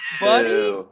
buddy